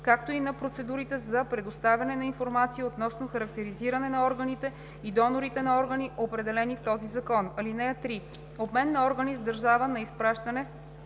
както и на процедурите за предоставяне на информация относно характеризиране на органите и донорите на органи, определени в този закон. (3) Обмен на органи с държава на изпращане